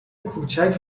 کوچک